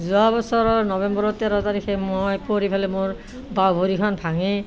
যোৱা বছৰৰ নবেম্বৰৰ তেৰ তাৰিখে মই পৰি পেলাই মোৰ বাওঁ ভৰিখন ভাঙে